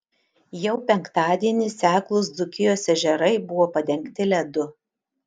jau penktadienį seklūs dzūkijos ežerai buvo padengti ledu